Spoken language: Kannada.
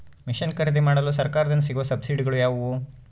ಮಿಷನ್ ಖರೇದಿಮಾಡಲು ಸರಕಾರದಿಂದ ಸಿಗುವ ಸಬ್ಸಿಡಿಗಳು ಯಾವುವು?